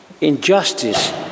Injustice